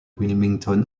wilmington